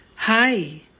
Hi